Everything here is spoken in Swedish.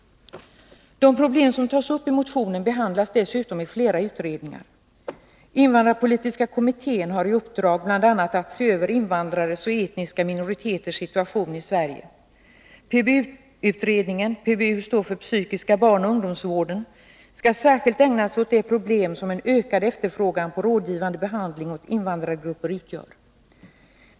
De problem som tas upp i motionen behandlas dessutom i flera utredningar. Invandrarpolitiska kommittén har i uppdrag bl.a. att se över invandrares och etniska minoriteters situation i Sverige. PBU-utredningen — PBU står för psykiska barnoch ungdomsvården — skall särskilt ägna sig åt de problem som en ökad efterfrågan på rådgivande behandling för invandrargrupper utgör.